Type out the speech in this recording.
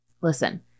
listen